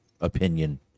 Opinion